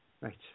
Right